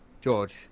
George